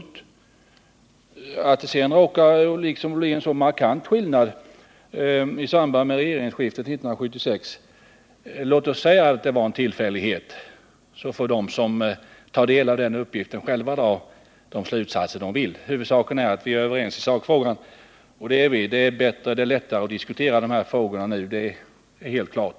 Låt oss säga att det var en tillfällighet att det råkade bli en så markant skillnad i samband med regeringsskiftet 1976, så får de som tar del av den uppgiften själva dra de slutsatser de vill. Huvudsaken är att vi är överens i sakfrågan, och det är vi. Det är lättare att diskutera dessa frågor nu — det är helt klart.